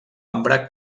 ambre